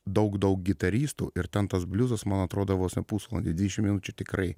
daug daug gitaristų ir ten tas bliuzas man atrodo vos ne pusvalandį dvidešim minučių tikrai